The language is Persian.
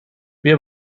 بیا